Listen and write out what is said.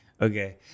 Okay